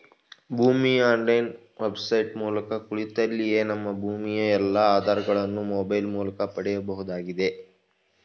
ಭೂಮಿ online website ಮೂಲಕ ಕುಳಿತಲ್ಲಿಯೇ ನಮ್ಮ ಭೂಮಿಯ ಎಲ್ಲಾ ಆಧಾರಗಳನ್ನು ಮೊಬೈಲ್ ಮೂಲಕ ಪಡೆಯಬಹುದಾಗಿದೆ